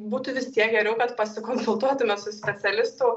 būtų vis tiek geriau kad pasikonsultuotume su specialistu